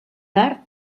tard